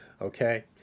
okay